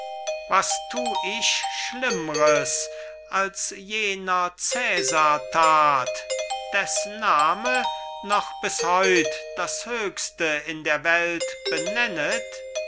was tu ich schlimmres als jener cäsar tat des name noch bis heut das höchste in der welt benennet